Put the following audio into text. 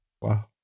Wow